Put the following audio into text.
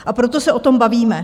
A proto se o tom bavíme.